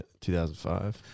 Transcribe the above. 2005